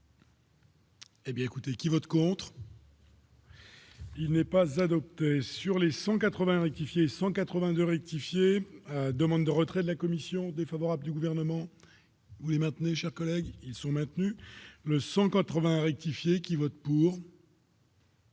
Eh bien écoutez, qui vote contre. Il n'est pas adoptée, sur les 180 rectifier 182 rectifier : demande de retrait de la commission défavorable du gouvernement, vous maintenez, cher collègue, ils sont maintenus, le sang 80 rectifier qui vote pour.